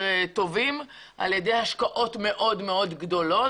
טובים על ידי השקעות מאוד מאוד גדולות.